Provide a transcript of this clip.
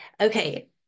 Okay